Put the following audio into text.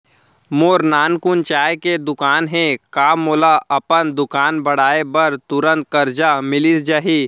मोर नानकुन चाय के दुकान हे का मोला अपन दुकान बढ़ाये बर तुरंत करजा मिलिस जाही?